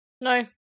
No